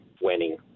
winning